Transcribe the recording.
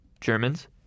Germans